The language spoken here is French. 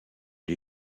les